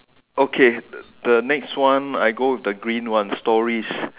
okay the next one I go with the green one stories